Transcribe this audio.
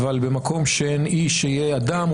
אבל במקום שאין איש היה אדם,